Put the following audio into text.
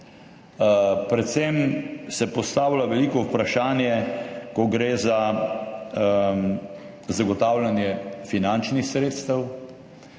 Predvsem se postavlja veliko vprašanje, ko gre za zagotavljanje finančnih sredstev,